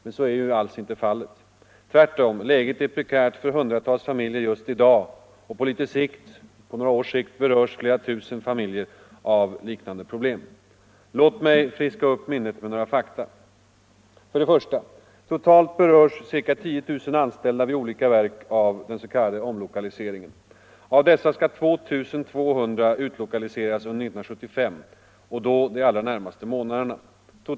Men så är ju alls inte fallet. Tvärtom, läget är prekärt för hundratals familjer just i dag, och på några års sikt berörs flera tusen familjer av liknande problem. Låt mig friska upp minnet med några fakta. För det första: Totalt berörs ca 10 000 anställda vid olika verk av den s.k. omlokaliseringen. Av dessa skall 2 200 utlokaliseras under 1975, och det under de allra närmaste månaderna.